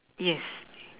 yes